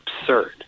absurd